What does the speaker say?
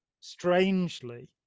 strangely